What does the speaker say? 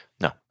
No